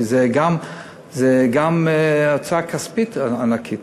כי זו גם הוצאה כספית ענקית,